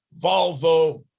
Volvo